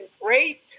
great